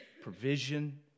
provision